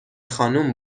خانم